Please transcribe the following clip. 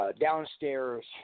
Downstairs